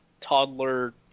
toddler